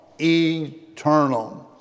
Eternal